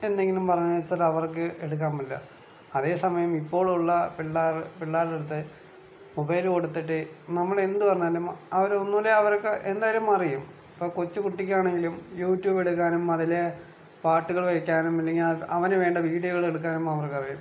എന്തെങ്കിലും പറഞ്ഞാച്ചാൽ അവർക്ക് എടുക്കാൻ പറ്റില്ല അതേ സമയം ഇപ്പോൾ ഉളള പിള്ളേർ പിള്ളേർടെ അടുത്ത് മൊബൈല് കൊടുത്തിട്ട് നമ്മളെന്ത് പറഞ്ഞാലും അവര് ഒന്ന് കൂടെ അവർക്ക് എന്തായാലും അറിയും അപ്പോൾ കൊച്ചു കുട്ടിക്കാണെങ്കിലും യൂട്യൂബെടുക്കാനും അതിലെ പാട്ടുകള് വക്കാനും ഇല്ലങ്കിൽ അവന് വേണ്ട വീഡിയോകളെടുക്കാനും അവർക്ക് അറിയാം